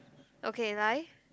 okay 来